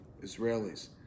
Israelis